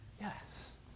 Yes